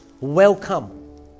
welcome